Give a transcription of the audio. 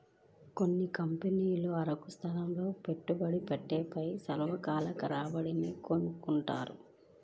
కొన్ని కంపెనీలు అంకుర సంస్థల్లో పెట్టే పెట్టుబడిపై స్వల్పకాలిక రాబడిని కోరుకుంటాయి